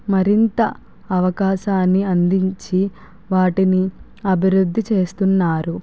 మరింత అవకాశాన్ని అందించి వాటిని అభివృద్ధి చేస్తున్నారు